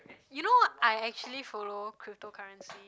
you know I actually follow cryptocurrency